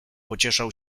pocieszał